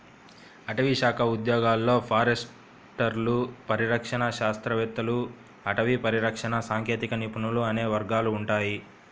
అటవీశాఖ ఉద్యోగాలలో ఫారెస్టర్లు, పరిరక్షణ శాస్త్రవేత్తలు, అటవీ పరిరక్షణ సాంకేతిక నిపుణులు అనే వర్గాలు ఉంటాయి